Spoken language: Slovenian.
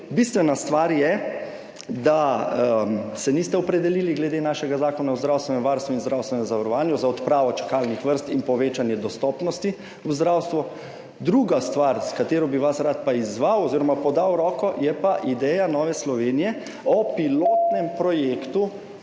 bistvena stvar je, da se niste opredelili glede našega zakona o zdravstvenem varstvu in zdravstvenem zavarovanju za odpravo čakalnih vrst in povečanje dostopnosti v zdravstvu. Druga stvar, s katero bi vas rad pa izzval oziroma podal roko, je pa ideja Nove Slovenije o pilotnem projektu